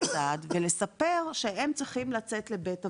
סעד ולספר שהם צריכים לצאת לבית אבות.